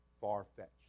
far-fetched